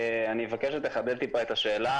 אני מבקש לחדד את השאלה.